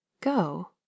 go